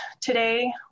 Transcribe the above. today